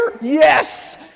Yes